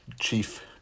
chief